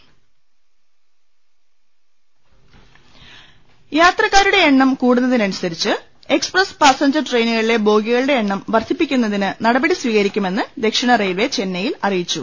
ൾ യാത്രക്കാരുടെ എണ്ണം കൂടുന്നതിന് അനുസരിച്ച് എക്പ്രസ് പാസഞ്ചർ ട്രെയിനുകളിൽ ബോഗികളുടെ എണ്ണം വർദ്ധിപ്പിക്കുന്നതിന് നടപടി സ്വീകരിക്കുമെന്ന് ദക്ഷിണ റെയിൽവെ ചെന്നൈയിൽ അറിയിച്ചു